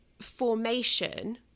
formation